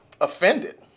offended